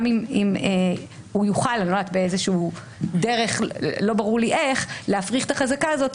גם אם הוא יוכל באיזושהי דרך לא ברור לי איך להפריך את החזקה הזאת,